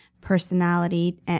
personality